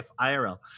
IRL